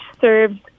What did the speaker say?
serves